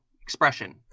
expression